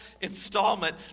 installment